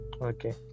Okay